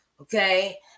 okay